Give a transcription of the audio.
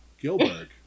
Gilbert